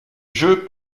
jeu